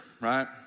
right